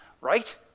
right